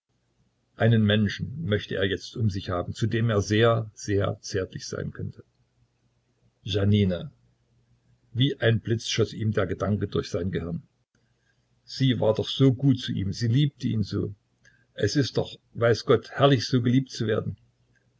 einen menschen möchte er jetzt um sich haben zu dem er sehr sehr zärtlich sein könnte janina wie ein blitz schoß ihm der gedanke durch sein gehirn sie war doch so gut zu ihm sie liebte ihn so es ist doch weiß gott herrlich so geliebt zu werden